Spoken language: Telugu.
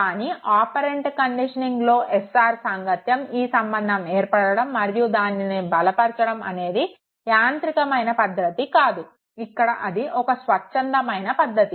కానీ ఆపరెంట్ కండిషనింగ్ లో S R సాంగత్యం ఈ సంబంధం ఏర్పడడం మరియు దానిని బలపరచడం అనేది యాంత్రికమైన పద్దతి కాదు ఇక్కడ అది ఒక స్వచ్చందమైన పద్ధతి